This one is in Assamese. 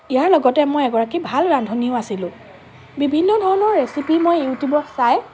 ইয়াৰ লগতে মই এগৰাকী ভাল ৰান্ধনিও আছিলোঁ বিভিন্ন ধৰণৰ ৰেচিপি মই ইউটিউবত চাই